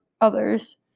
others